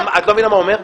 את לא מבינה מה הוא אומר?